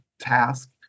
task